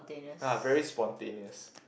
ah very spontaneous